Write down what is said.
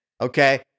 Okay